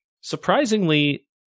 Surprisingly